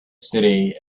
city